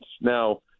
Now